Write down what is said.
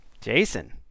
Jason